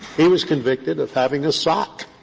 he was convicted of having a sock